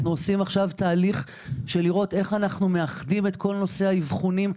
אנו עושים תהליך כדי לראות איך אנחנו מאחדים את כל נושא האבחונים.